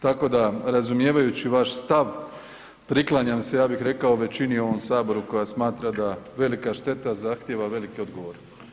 Tako da razumijevajući vaš stav priklanjam se, ja bih rekao, većini u ovom saboru koja smatra da velika šteta zahtijeva velike odgovore.